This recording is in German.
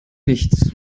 nichts